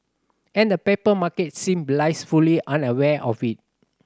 and the paper market seem blissfully unaware of it